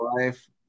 life